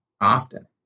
often